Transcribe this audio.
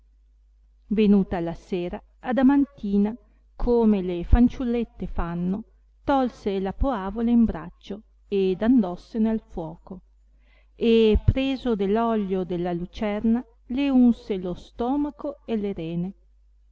venuta la sera adamantina come le fanciullette fanno tolse la poavola in braccio ed andossene al fuoco e preso dell olio della lucerna le unse lo stomaco e le rene